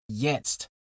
Jetzt